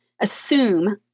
assume